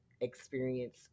experience